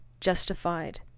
justified